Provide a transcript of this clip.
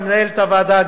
מנהלת הוועדה,